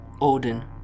Odin